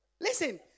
listen